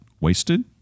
wasted